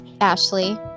Ashley